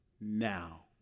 now